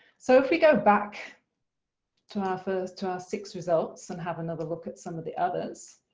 so if we go back to our first to our six results and have another look at some of the others,